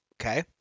Okay